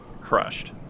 crushed